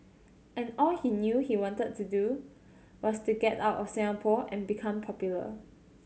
and all he knew he wanted to do was to get out of Singapore and become popular